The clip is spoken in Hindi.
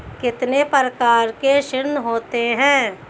कितने प्रकार के ऋण होते हैं?